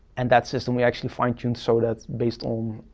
and that system we actually fine tuned so that's based on